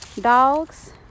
dogs